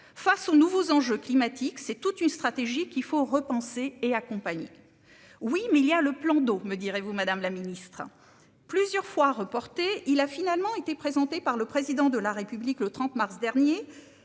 face aux nouveaux enjeux climatiques. C'est toute une stratégie qu'il faut repenser et accompagner. Oui mais il y a le plan d'eau, me direz-vous. Madame la Ministre. Plusieurs fois reportée, il a finalement été présenté par le président de la République le 30 mars dernier.